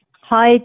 Hi